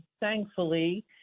thankfully